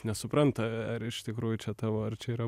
nesupranta ar iš tikrųjų čia tavo ar čia yra